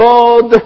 God